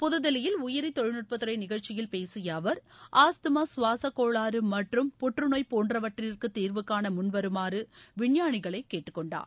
புதுதில்லியில் உயிரி தொழில்நுட்பத்துறை நிகழ்ச்சியில் பேசிய அவர் ஆஸ்துமா கவாச கோளாறு மற்றும் புற்றுநோய் போன்றவற்றிற்கு தீர்வுகான முன்வருமாறு விஞ்ஞாணிகளை கேட்டுக்கொண்டார்